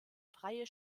freie